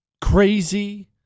crazy